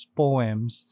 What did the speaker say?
poems